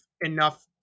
enough